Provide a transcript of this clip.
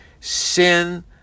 sin